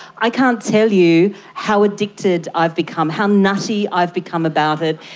i can't tell you how addicted i've become, how nutty i've become about it.